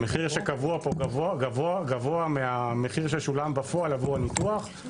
המחיר שקבוע פה גבוה מהמחיר ששולם בפועל עבור הניתוח.